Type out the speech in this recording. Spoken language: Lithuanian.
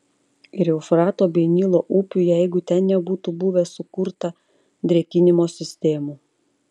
ir eufrato bei nilo upių jeigu ten nebūtų buvę sukurta drėkinimo sistemų